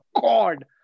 God